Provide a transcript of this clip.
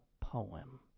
poem